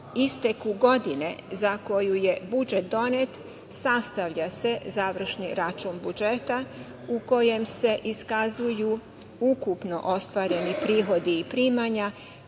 isteku godine za koju je budžet donet, sastavlja se završni račun budžeta u kojem se iskazuju ukupno ostvareni prihodi i primanja,